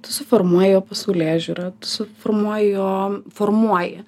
tu suformuoji jo pasaulėžiūrą tu suformuoji jo formuoji